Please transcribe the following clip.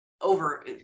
over